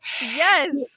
Yes